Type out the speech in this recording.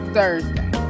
Thursday